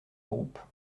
groupe